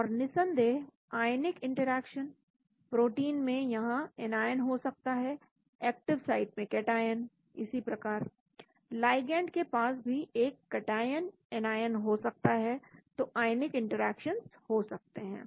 और निस्संदेह ionic interaction protein में यहां एनआयन हो सकता है एक्टिव साइट में कैटआयन इसी प्रकार लाइगैंड के पास भी एक कैटआयन एनआयन हो सकता है तो आयनिक इंटरेक्शंस हो सकते हैं